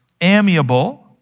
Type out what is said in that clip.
amiable